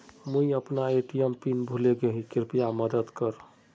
मुई अपना ATM pin भूले गही कृप्या मदद कर